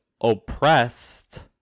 oppressed